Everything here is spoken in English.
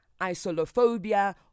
isolophobia